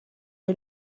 est